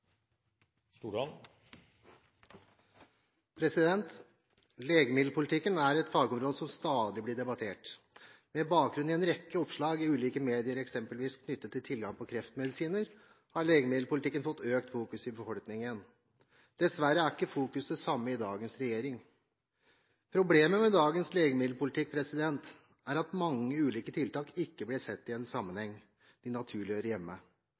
et fagområde som stadig blir debattert. Med bakgrunn i en rekke oppslag i ulike medier eksempelvis knyttet til tilgang på kreftmedisiner har legemiddelpolitikken fått økt fokus i befolkningen. Dessverre er ikke fokuset det samme i dagens regjering. Problemet med dagens legemiddelpolitikk er at mange ulike tiltak ikke blir sett i den sammenhengen de naturlig